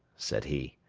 said he,